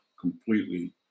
completely